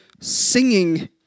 singing